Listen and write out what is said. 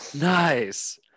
Nice